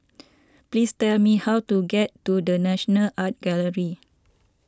please tell me how to get to the National Art Gallery